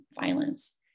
violence